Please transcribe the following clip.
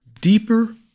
Deeper